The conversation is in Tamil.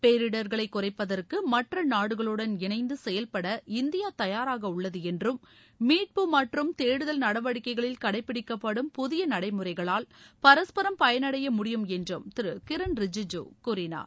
பேரிடர்களை குறைப்பதற்கு மற்ற நாடுகளுடன் இணைந்து செயல்பட இந்தியா தயாராக உள்ளது என்றும் மீட்பு மற்றும் தேடுதல் நடவடிக்கைகளில் கடைப்பிடிக்கப்படும் புதிய நடைமுறைகளால் பரஸ்பரம் பயணடைய முடியும் என்றும் திரு கிரண் ரிஜிஜூ கூறினார்